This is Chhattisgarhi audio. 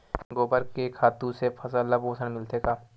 गोबर के खातु से फसल ल पोषण मिलथे का?